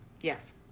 Yes